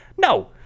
No